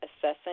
assessing